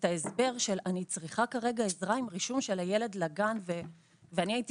ההסבר של אני צריכה כרגע עזרה עם רישום של הילד לגן ואני הייתי